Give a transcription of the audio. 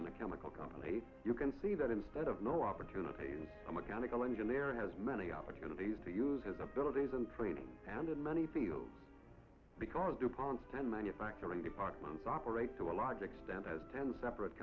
in a chemical company you can see that instead of no opportunities a mechanical engineer has many opportunities to use his abilities in training and in many fields because dupont and manufacturing departments operate to a large extent as ten separate